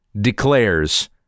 declares